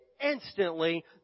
instantly